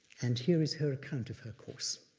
and here is her account of her course.